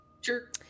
Sure